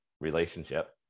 relationship